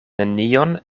nenion